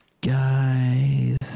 guys